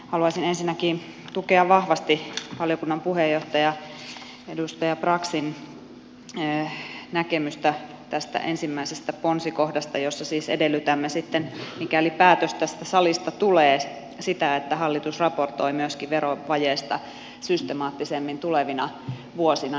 haluaisin ensinnäkin tukea vahvasti valiokunnan puheenjohtaja edustaja braxin näkemystä tästä ensimmäisestä ponsikohdasta jossa siis edellytämme sitten mikäli päätös tästä salista tulee sitä että hallitus raportoi myöskin verovajeesta systemaattisemmin tulevina vuosina